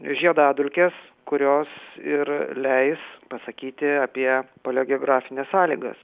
žiedadulkes kurios ir leis pasakyti apie paleogeografines sąlygas